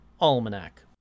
Almanac